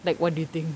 like what do you think